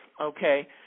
okay